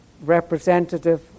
representative